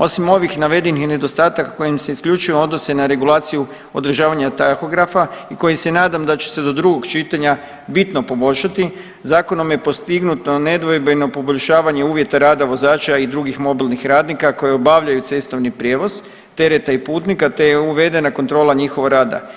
Osim ovih navedenih nedostataka koji se isključivo odnose na regulaciju održavanja tahografa i koji se nadam da će se do drugog čitanja bitno poboljšati zakonom je postignuto nedvojbeno poboljšavanje uvjeta rada vozača i drugih mobilnih radnika koji obavljaju cestovni prijevoz tereta i putnika, te je uvedena kontrola njihova rada,